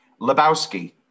Lebowski